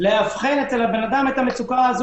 לאבחן אצל האדם את המצוקה.